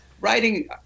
Writing